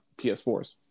ps4s